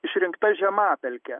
išrinkta žemapelkė